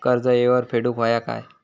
कर्ज येळेवर फेडूक होया काय?